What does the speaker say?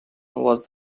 was